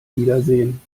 wiedersehen